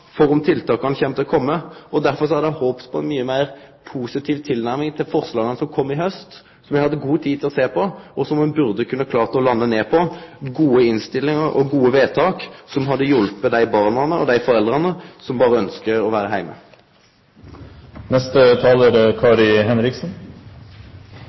for om tiltaka kjem. Derfor hadde eg håpt på ei mykje meir positiv tilnærming til forslaga som kom i haust, som me hadde god tid til å sjå på, og ein burde kunne ha klart å lande på gode innstillingar og gode vedtak, som hadde hjelpt dei barna og dei foreldra som berre ønskjer å vere heime. Det er